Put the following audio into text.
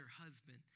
husband